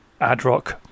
Adrock